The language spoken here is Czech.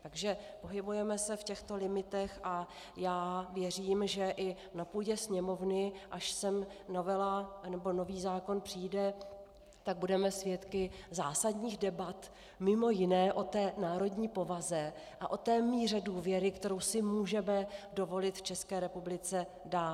Takže pohybujeme se v těchto limitech a já věřím, že i na půdě Sněmovny, až sem novela nebo nový zákon přijde, budeme svědky zásadních debat mimo jiné o té národní povaze a o té míře důvěry, kterou si můžeme dovolit v České republice dát.